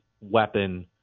weapon